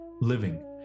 living